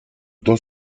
dos